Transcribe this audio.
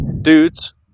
Dudes